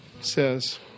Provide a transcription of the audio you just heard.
says